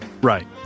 Right